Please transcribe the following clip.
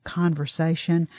conversation